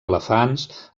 elefants